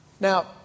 Now